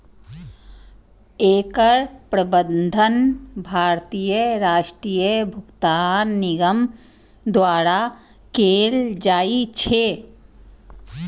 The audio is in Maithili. एकर प्रबंधन भारतीय राष्ट्रीय भुगतान निगम द्वारा कैल जाइ छै